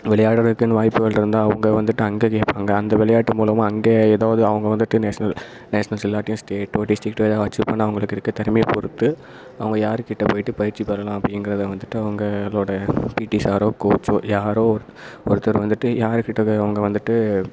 விளையாட வைக்கணுனு வாய்ப்புகள் இருந்தால் அவங்க வந்துட்டு அங்கே கேட்பாங்க அந்த விளையாட்டு மூலமாக அங்கே ஏதாவது அவங்க வந்துட்டு நேஷ்னல் நேஷ்னல்ஸ் இல்லாட்டியும் ஸ்டேட்டோ டிஸ்ட்ரிக்கோ ஏதாது அச்சீவ் பண்ணிணா அவங்களுக்கு இருக்க திறமைய பொருத்து அவங்க யாருக்கிட்ட போயிட்டு பயிற்சி பெறலாம் அப்படிங்கறத வந்துட்டு அவங்களோட பீட்டி சாரோ கோச்சோ யாரோ ஒருத்தர் வந்துட்டு யாருக்கிட்ட அவங்க வந்துவிட்டு